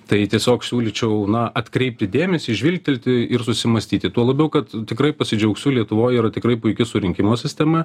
tai tiesiog siūlyčiau na atkreipti dėmesį žvilgtelti ir susimąstyti tuo labiau kad tikrai pasidžiaugsiu lietuvoj yra tikrai puiki surinkimo sistema